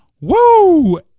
woo